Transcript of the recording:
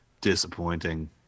disappointing